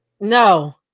No